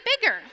bigger